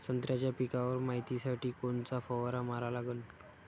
संत्र्याच्या पिकावर मायतीसाठी कोनचा फवारा मारा लागन?